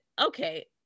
okay